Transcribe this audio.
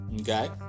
Okay